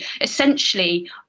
essentially